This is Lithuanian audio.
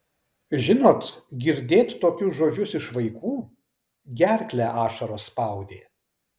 žinot girdėt tokius žodžius iš vaikų gerklę ašaros spaudė